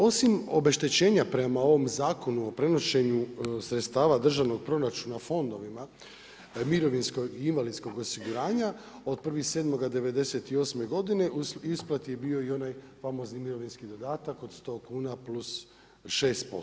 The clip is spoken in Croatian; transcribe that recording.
Osim obeštećenja prema ovom Zakonu o prenošenju sredstava državnog proračuna fondovima mirovinskog i invalidskog osiguranja od 1.1.07.1998. godine u isplati je bio i onaj famozni mirovinski dodatak od 100 kuna plus 6%